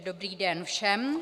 Dobrý den všem.